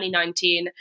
2019